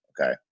Okay